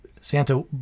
Santa